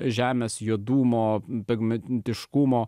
žemės juodumo pigmentiškumo